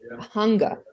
hunger